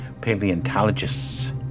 Paleontologists